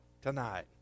tonight